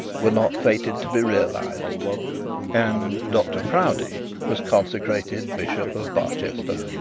were not fated to be realised and dr proudie was consecrated bishop of barchester.